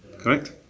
correct